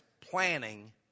planning